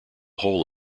whole